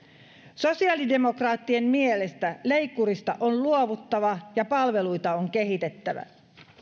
sosiaalidemokraattien mielestä leikkurista on luovuttava ja palveluita on kehitettävä